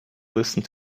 listen